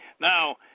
Now